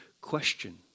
question